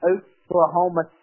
Oklahoma